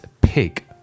pig